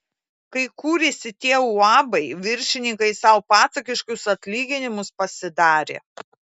kai kūrėsi tie uabai viršininkai sau pasakiškus atlyginimus pasidarė